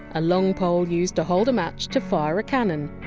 a long pole used to hold a match to fire a cannon